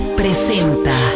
presenta